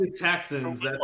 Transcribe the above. Texans